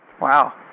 Wow